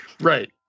Right